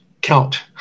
count